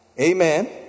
Amen